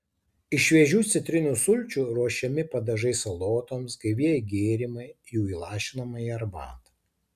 iš šviežių citrinų sulčių ruošiami padažai salotoms gaivieji gėrimai jų įlašinama į arbatą